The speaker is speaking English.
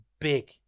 big